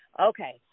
Okay